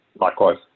Likewise